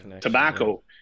tobacco